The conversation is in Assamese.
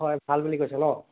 হয় ভাল বুলি কৈছে ন'